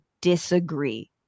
disagree